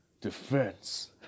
Defense